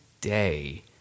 day